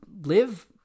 live